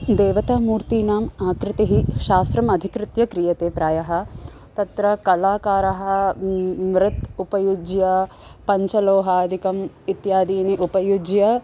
देवतामूर्तीनाम् आकृतिः शास्त्रम् अधिकृत्य क्रियते प्रायः तत्र कलाकारः मृत् उपयुज्य पञ्चलोहादिकम् इत्यादीनि उपयुज्य